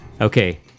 Okay